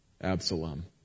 Absalom